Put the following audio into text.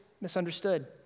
misunderstood